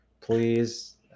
please